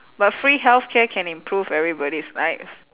but free healthcare can improve everybody's lives